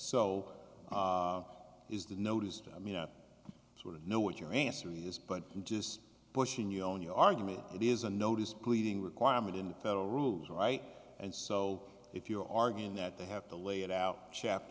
so is that noticed i mean up sort of know what your answer is but just pushing your own your argument it is a notice pleading requirement in the federal rules right and so if you're arguing that they have to lay it out cha